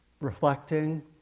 reflecting